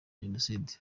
jenoside